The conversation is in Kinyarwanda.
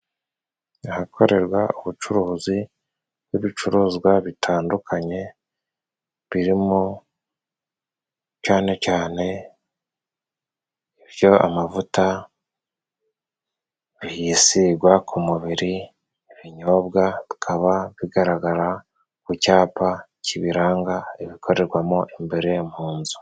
Ahakorerwa ubucuruzi bw'ibicuruzwa bitandukanye, birimo cane cane ibyo amavuta bihisigagwa ku mubiri ibinyobwa bikaba bigaragara ku cyapa kibiranga ibikorerwamo imbere mu nzu.